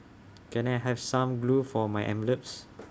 can I have some glue for my envelopes